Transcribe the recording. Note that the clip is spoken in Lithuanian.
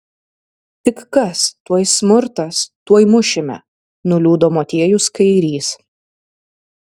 tik kas tuoj smurtas tuoj mušime nuliūdo motiejus kairys